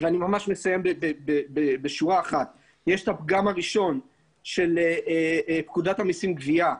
יש את הפגם הראשון של פקודת המיסים גבייה,